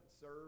serve